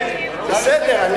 בסדר.